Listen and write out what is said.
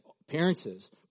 appearances